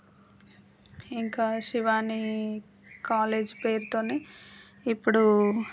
ఇంకా శివాని కాలేజ్ పేరుతోనే ఇప్పుడు